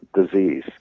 disease